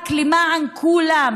מאבק למען כולם,